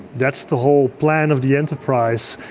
that's the whole plan of the enterprise.